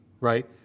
right